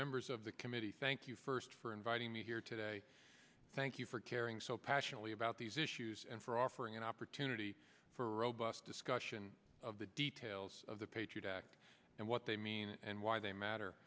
members of the committee thank you first for inviting me here today thank you for caring so passionately about these issues and for offering an opportunity for robust discussion of the details of the patriot act and what they mean and why they matter